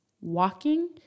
walking